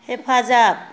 हेफाजाब